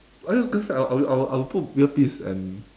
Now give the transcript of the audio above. I'll just I'll I'll I'll I'll put earpiece and